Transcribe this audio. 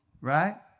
Right